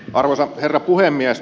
arvoisa herra puhemies